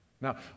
Now